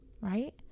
right